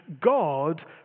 God